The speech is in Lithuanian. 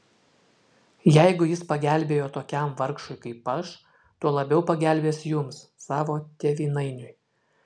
jeigu jis pagelbėjo tokiam vargšui kaip aš tuo labiau pagelbės jums savo tėvynainiui